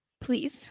please